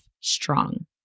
strong